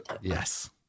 yes